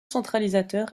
centralisateur